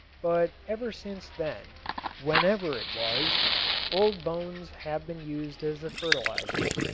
but ever since then whenever it was old bones have been used as a fertilizer.